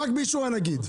רק באישור הנגיד.